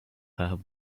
her